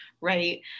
right